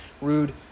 rude